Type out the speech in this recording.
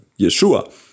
Yeshua